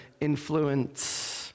influence